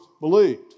believed